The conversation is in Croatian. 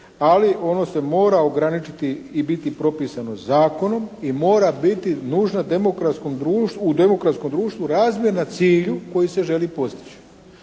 ali ono se mora ograničiti i biti propisano zakonom i mora biti …/Govornik se ne razumije./… u demokratskom društvu razmjerna cilju koji se želi postići.